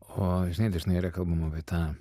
o žinai dažnai yra kalbama apie tą